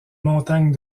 montagne